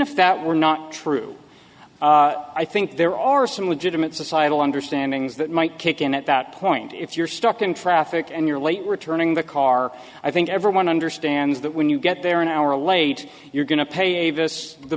if that were not true i think there are some legitimate societal understandings that might kick in at that point if you're stuck in traffic and you're late returning the car i think everyone understands that when you get there an hour late you're going to pay a vis the